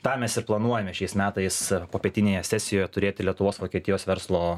tą mes ir planuojame šiais metais popietinėje sesijoje turėti lietuvos vokietijos verslo